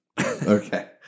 Okay